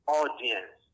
audience